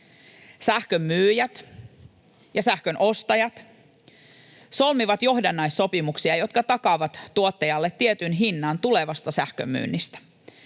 Sähkönmyyjät ja sähkönostajat solmivat johdannaissopimuksia, jotka takaavat tuottajalle tietyn hinnan tulevasta sähkönmyynnistä.